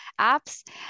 apps